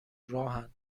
راهن